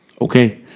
okay